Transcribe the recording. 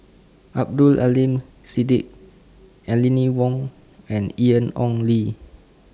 Abdul Aleem Siddique Aline Wong and Ian Ong Li